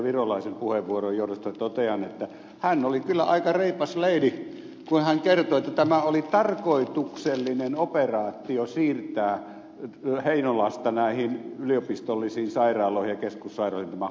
virolaisen puheenvuoron johdosta totean että hän oli kyllä aika reipas leidi kun hän kertoi että tämä oli tarkoituksellinen operaatio siirtää heinolasta näihin yliopistollisiin sairaaloihin ja keskussairaaloihin tämä homma